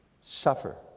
suffer